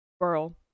girl